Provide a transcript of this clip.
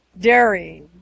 Dairy